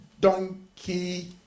donkey